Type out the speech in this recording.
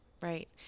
right